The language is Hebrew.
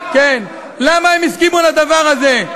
למה הם הסכימו לדבר הזה?